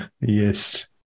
Yes